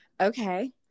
okay